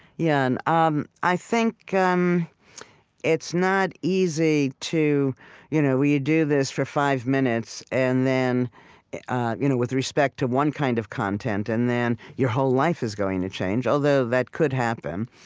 yeah, and um i think um it's not easy to you know where you do this for five minutes and then ah you know with respect to one kind of content, and then your whole life is going to change, although that could happen.